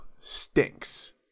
stinks